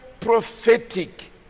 prophetic